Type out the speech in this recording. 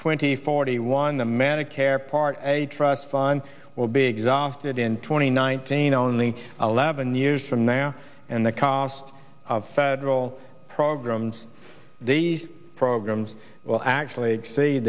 twenty forty one the managed care part a trust fund will be exhausted in twenty nineteen only eleven years from now and the cost of federal programs these programs will actually